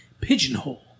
pigeonhole